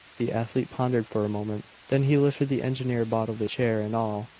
the athlete pondered for a moment. then he lifted the engineer bodily, chair and all,